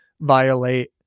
violate